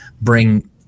bring